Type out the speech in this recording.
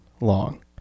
long